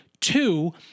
Two